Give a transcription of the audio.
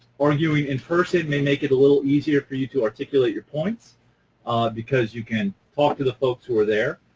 arguing in person may make it a little easier for you to articulate your points because you can talk to the folks who are there.